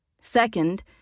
Second